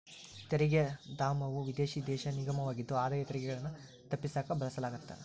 ತೆರಿಗೆ ಧಾಮವು ವಿದೇಶಿ ದೇಶ ನಿಗಮವಾಗಿದ್ದು ಆದಾಯ ತೆರಿಗೆಗಳನ್ನ ತಪ್ಪಿಸಕ ಬಳಸಲಾಗತ್ತ